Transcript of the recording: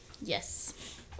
Yes